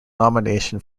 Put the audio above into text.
nomination